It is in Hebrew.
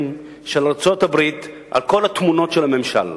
של ארצות-הברית על כל התמונות של הממשל.